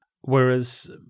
Whereas